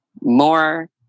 more